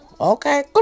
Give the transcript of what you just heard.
okay